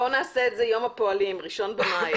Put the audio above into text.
בואו נעשה את זה יום הפועלים, אחד במאי.